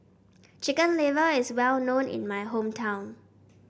Chicken Liver is well known in my hometown